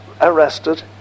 arrested